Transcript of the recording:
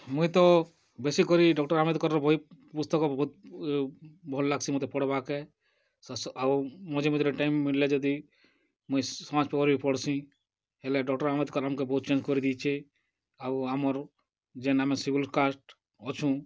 ମୁଇଁ ତ ବେଶୀକରି ଡ଼କ୍ଟର୍ ଆମ୍ବେଦକର୍ ର ବହି ପୁସ୍ତକ ବହୁତ୍ ଭଲ୍ ଲାଗ୍ସି ମତେ ପଢ଼ବାକେ ଆଉ ମଝି ମଝିରେ ଟାଇମ୍ ମିଲ୍ଲେ ଯଦି ମୁଇଁ ସମାଜ ପେପର୍ ବି ପଢ଼ସିଁ ହେଲେ ଡ଼କ୍ଟର୍ ଆମ୍ବେଦକର୍ ଙ୍କ ବହୁତ୍ କରି ଦେଇଛେ ଆଉ ଆମର ଯେନ୍ ଆମେ ସିଡ଼୍ୟୁଲ୍ କାଷ୍ଟ୍ ଅଛୁଁ